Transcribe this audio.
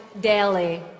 daily